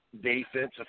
defensive